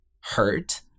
hurt